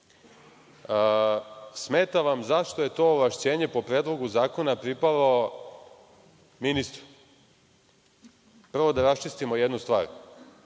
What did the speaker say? Smeta vam zašto je to ovlašćenje po Predlogu zakona pripalo ministru. Prvo da rasčistimo jednu stvar.